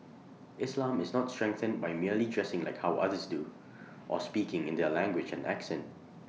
islam is not strengthened by merely dressing like how others do or speaking in their language and accent